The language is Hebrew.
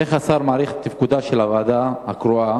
איך השר מעריך את תפקודה של הוועדה הקרואה,